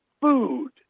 food